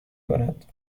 کند